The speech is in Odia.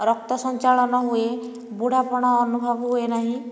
ରକ୍ତ ସଞ୍ଚାଳନ ହୁଏ ବୁଢାପଣ ଅନୁଭବ ହୁଏନାହିଁ